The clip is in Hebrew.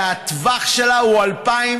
שהטווח שלה הוא 2024,